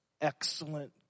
excellent